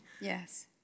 yes